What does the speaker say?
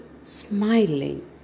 smiling